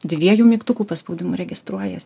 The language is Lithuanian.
dviejų mygtukų paspaudimu registruojas